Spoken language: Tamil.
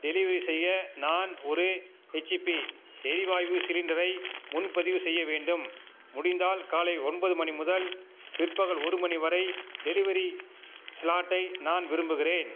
டெலிவரி செய்ய நான் ஒரு ஹெச்பி எரிவாய்வு சிலிண்டரை முன்பதிவு செய்ய வேண்டும் முடிந்தால் காலை ஒன்பது மணி முதல் பிற்பகல் ஒரு மணி வரை டெலிவரி ஸ்லாட்டை நான் விரும்புகிறேன்